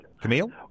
Camille